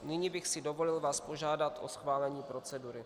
Nyní bych si dovolil vás požádat o schválení procedury.